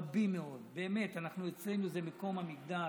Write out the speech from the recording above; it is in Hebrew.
רבים מאוד, באמת, אצלנו זה מקום המקדש,